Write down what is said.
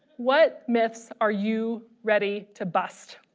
what myths are you ready to bust?